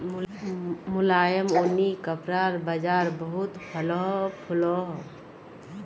मुलायम ऊनि कपड़ार बाज़ार बहुत फलोहो फुलोहो